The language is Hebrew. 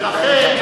לכן,